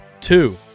two